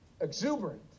exuberant